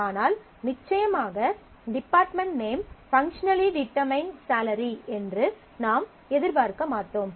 ஆனால் நிச்சயமாக department name functionally determine salary என்று நாம் எதிர்பார்க்க மாட்டோம்